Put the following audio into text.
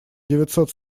девятьсот